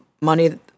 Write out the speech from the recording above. money